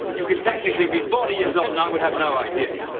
you could technically be forty years old. and i would have no idea.